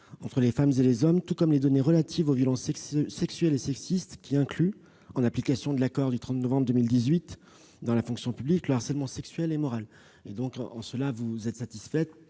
entre les femmes et les hommes, tout comme les données relatives aux violences sexuelles et sexistes qui incluent, en application de l'accord du 30 novembre 2018 dans la fonction publique, le harcèlement sexuel et moral. En conséquence, votre demande est satisfaite.